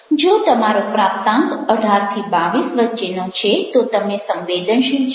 જો તમારો પ્રાપ્તાંક 18 22 વચ્ચેનો છે તો તમે સંવેદનશીલ છો